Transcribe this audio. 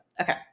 okay